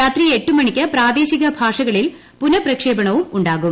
രാത്രി എട്ടുമണിക്ക് പ്രാദേശിക ട്ട്ഷ്ക്ക്ളിൽ പുനഃപ്രക്ഷേപണവും ഉണ്ടാകും